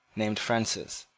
named francis,